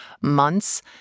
months